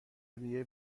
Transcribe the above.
هدیه